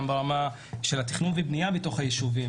גם ברמת התכנון והבנייה בתוך הישובים.